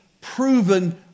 proven